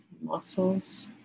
muscles